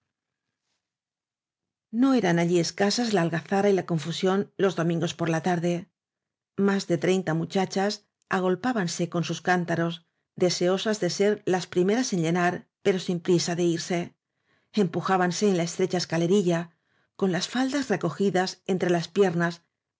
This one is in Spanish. no eran allí escasas la algazara y la confu sión los domingos por la tarde más de treinta muchachas agolpábanse con sus cántaros de seosas de ser las primeras en llenar pero sin prisa de irse empujábanse en la estrecha esca lerilla con las faldas recogidas entre las piernas